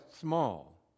small